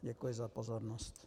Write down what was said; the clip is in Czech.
Děkuji za pozornost.